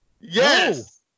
Yes